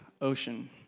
ocean